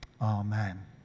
Amen